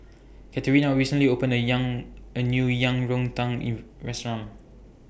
Katerina recently opened A Yang A New Yang Rou Tang in Restaurant